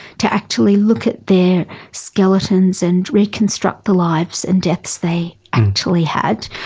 to actually look at their skeletons and reconstruct the lives and deaths they actually had.